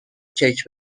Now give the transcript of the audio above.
کیک